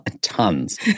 Tons